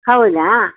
ಹೌದಾ